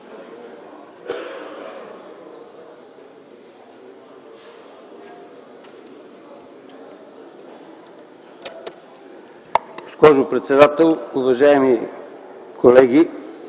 Госпожо председател, уважаеми колеги!